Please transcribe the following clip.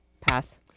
pass